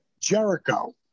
Jericho